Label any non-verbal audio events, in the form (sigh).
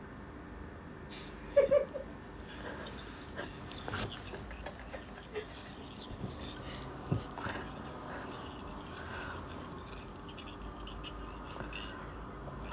(laughs) (breath)